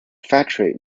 factory